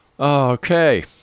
Okay